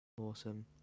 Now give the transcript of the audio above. Awesome